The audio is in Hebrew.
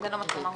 סתיו, תודה רבה.